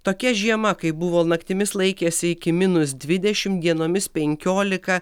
tokia žiema kai buvo naktimis laikėsi iki minus dvidešimt dienomis penkiolika